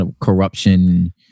corruption